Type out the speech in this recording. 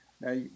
Now